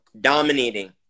dominating